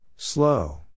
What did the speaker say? Slow